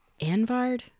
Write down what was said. Anvard